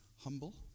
humble